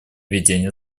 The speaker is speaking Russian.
ведения